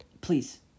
Please